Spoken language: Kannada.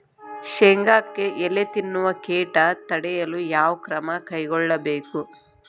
ಶೇಂಗಾಕ್ಕೆ ಎಲೆ ತಿನ್ನುವ ಕೇಟ ತಡೆಯಲು ಯಾವ ಕ್ರಮ ಕೈಗೊಳ್ಳಬೇಕು?